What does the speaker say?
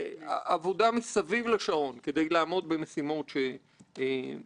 אני מודה במיוחד ליועצת שלי, חמוטל בלנק,